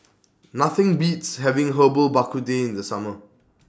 Nothing Beats having Herbal Bak Ku Teh in The Summer